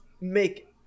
make